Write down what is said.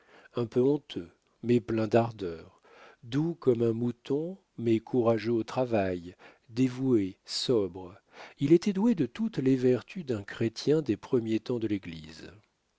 un peu honteux mais plein d'ardeur doux comme un mouton mais courageux au travail dévoué sobre il était doué de toutes les vertus d'un chrétien des premiers temps de l'église